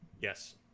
Yes